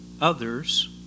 others